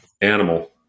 Animal